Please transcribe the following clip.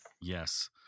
yes